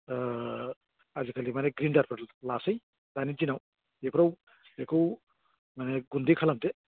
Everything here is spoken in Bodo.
आजिखालि माने ग्राइण्डारफोर लायोसै दानि दिनाव बेफोराव बेखौ माने गुन्दै खालामदो